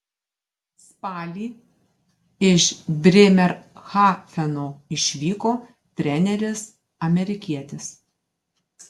spalį iš brėmerhafeno išvyko treneris amerikietis